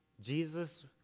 jesus